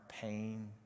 pain